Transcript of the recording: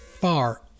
far